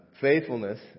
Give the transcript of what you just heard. Faithfulness